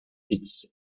its